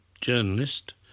journalist